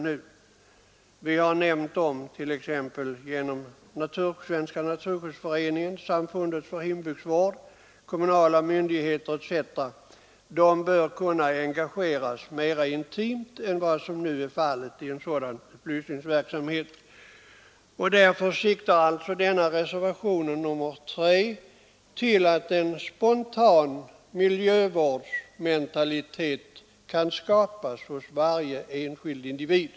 I reservationen har nämnts att t.ex. Svenska naturskyddsföreningen, Samfundet för hembygdsvård, kommunala myndigheter etc. borde kunna engagera sig mera intimt än vad som nu är fallet i en sådan upplysningsverksamhet. Reservationen 3 siktar alltså till att skapa en spontan miljövårdsmentalitet hos varje enskild individ.